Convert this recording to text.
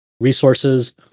resources